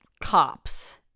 cops